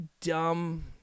dumb